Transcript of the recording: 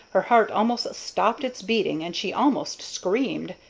her heart almost stopped its beating and she almost screamed.